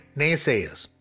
naysayers